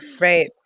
right